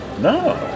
No